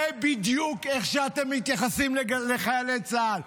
זה בדיוק איך שאתם מתייחסים לחיילי צה"ל,